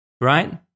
right